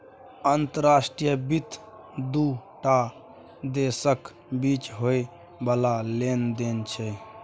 अंतर्राष्ट्रीय वित्त दू टा देशक बीच होइ बला लेन देन छै